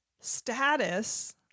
status